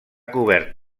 cobert